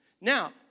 Now